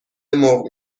مرغ